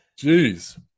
Jeez